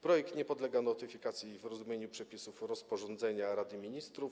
Projekt nie podlega notyfikacji w rozumieniu przepisów rozporządzenia Rady Ministrów.